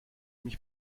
mich